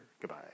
Goodbye